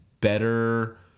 better